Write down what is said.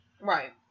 Right